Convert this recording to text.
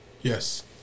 Yes